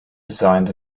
designed